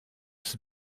ist